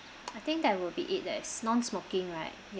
I think that will be it that is non smoking right